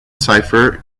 cipher